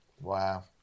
Wow